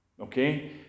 Okay